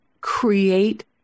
create